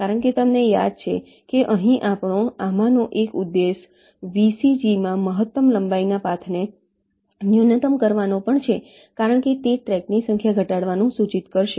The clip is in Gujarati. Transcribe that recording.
કારણ કે તમને યાદ છે કે અહીં આપણો આમાં નો એક ઉદ્દેશ્ય VCG માં મહત્તમ લંબાઈના પાથને ન્યૂનતમ કરવાનો પણ છે કારણ કે તે ટ્રેકની સંખ્યા ઘટાડવાનું સૂચિત કરશે